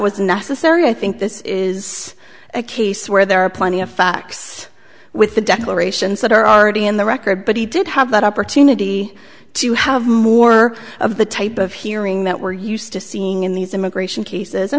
was necessary i think this is a case where there are plenty of facts with the declarations that are already in the record but he did have that opportunity to have more of the type of hearing that we're used to seeing in these immigration cases